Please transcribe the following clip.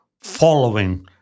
following